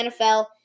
NFL